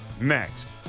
next